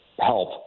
help